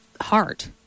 heart